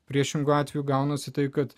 priešingu atveju gaunasi taip kad